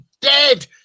dead